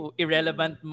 irrelevant